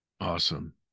Awesome